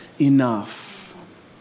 enough